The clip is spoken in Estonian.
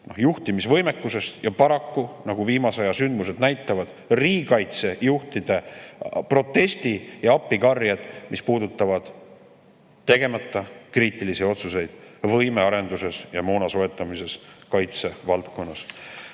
juhtimisvõimekusest ja paraku, nagu viimase aja sündmused näitavad, riigikaitsejuhtide protesti‑ ja appikarjed, mis puudutavad tegemata kriitilisi otsuseid võimearenduses ja moona soetamisel, kaitse valdkonnas.